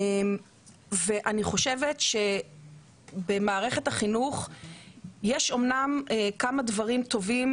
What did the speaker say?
אני חושבת שבמערכת החינוך יש אמנם כמה דברים טובים